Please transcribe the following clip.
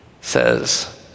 says